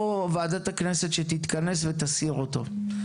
או ועדת הכנסת שתתכנס ותסיר אותו.